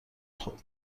خوب